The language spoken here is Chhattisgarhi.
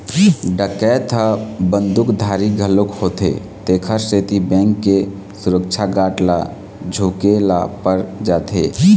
डकैत ह बंदूकधारी घलोक होथे तेखर सेती बेंक के सुरक्छा गार्ड ल झूके ल पर जाथे